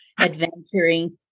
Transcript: adventuring